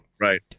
Right